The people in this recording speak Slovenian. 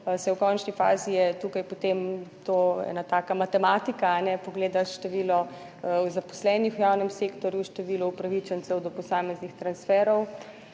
saj v končni fazi je tukaj potem to ena taka matematika, pogledaš število zaposlenih v javnem sektorju, število upravičencev do posameznih transferov